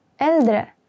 äldre